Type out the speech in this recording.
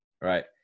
right